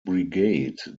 brigade